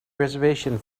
reservation